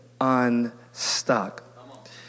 Unstuck